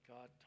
God